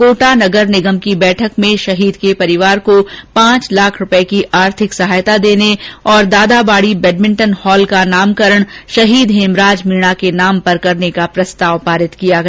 कोटा नगर निगम की बैठक में शहीद के परिवार को पांच लाख रूपये की आर्थिक सहायता देने तथा दादा बाडी बैड़मिंटन हॉल का नामकर शहीद हेमराज मीणा के नाम करने का प्रस्ताव पारित किया गया